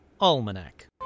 Almanac